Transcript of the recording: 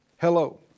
hello